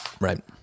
Right